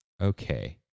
Okay